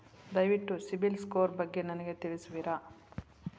ದಯವಿಟ್ಟು ಸಿಬಿಲ್ ಸ್ಕೋರ್ ಬಗ್ಗೆ ನನಗೆ ತಿಳಿಸುವಿರಾ?